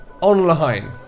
online